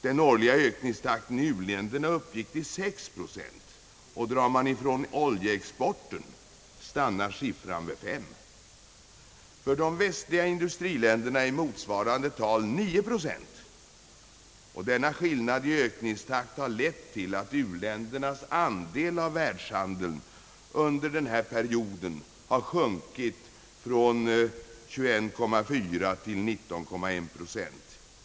Den årliga ökningstakten i u-länderna uppgick till 6 procent. Drar man ifrån oljeexporten, stannar siffran vid 5. För de västliga industriländerna är motsvarande tal 9 procent, och denna skillnad i ökningstakt har lett till att u-ländernas andel av världshandeln under den här perioden har sjunkit från 21,4 till 19,1 procent.